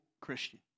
Christian